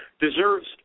deserves